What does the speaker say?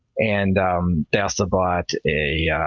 and they also bought a